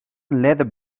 leather